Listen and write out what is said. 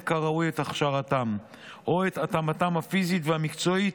כראוי את הכשרתם או את התאמתם הפיזית והמקצועית,